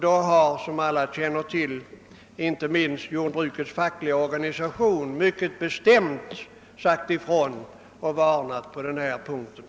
Då har, såsom alla känner till, inte minst jordbrukets fackliga organisation mycket bestämt sagt ifrån på denna punkt och varnat för följderna.